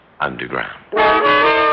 underground